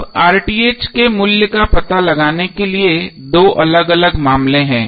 अब के मूल्य का पता लगाने के लिए दो अलग अलग मामले हैं